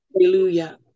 Hallelujah